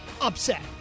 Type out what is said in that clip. upset